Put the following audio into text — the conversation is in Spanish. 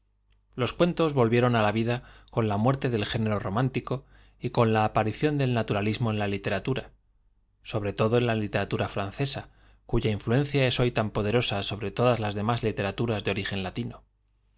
los cuentos volvieron á la vida con la muerte del género romántico y con la aparición del naturalismo en la literatura sobre tojó en la literatura francesa cuya influencia es hoy tan poderosa obre todas las derruís literaturas de origen latino